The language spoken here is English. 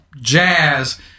jazz